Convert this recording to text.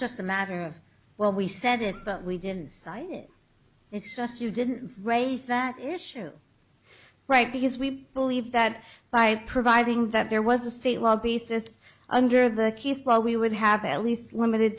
just a matter of well we said it but we didn't sign it it's just you didn't raise that issue right because we believe that by providing that there was a state law basis under the law we would have at least limited